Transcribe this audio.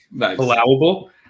allowable